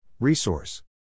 Resource